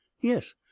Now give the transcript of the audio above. Yes